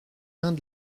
mains